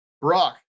Brock